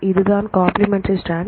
இதுதான் complementary stand